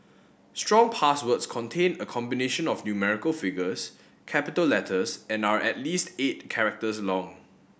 strong passwords contain a combination of numerical figures capital letters and are at least eight characters long